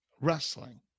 wrestling